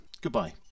Goodbye